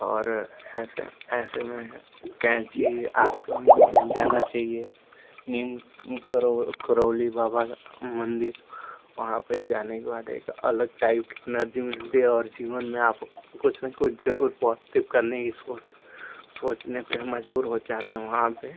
और ऐसे ऐसे में कैँची आश्रम जाना चाहिए नीम करौ करौली बाबा का मन्दिर वहाँ पर जाने के बाद एक अलग टाइप की एनर्ज़ी मिलती है और जीवन में आप कुछ न कुछ जरूर पॉज़िटिव करने की सोच सोचने पर मज़बूर हो जाते हैं वहाँ पर